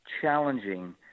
challenging